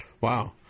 Wow